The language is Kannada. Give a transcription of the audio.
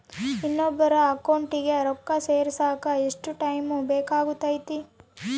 ಇನ್ನೊಬ್ಬರ ಅಕೌಂಟಿಗೆ ರೊಕ್ಕ ಸೇರಕ ಎಷ್ಟು ಟೈಮ್ ಬೇಕಾಗುತೈತಿ?